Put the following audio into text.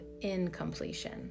incompletion